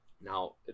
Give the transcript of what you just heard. Now